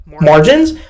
margins